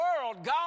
God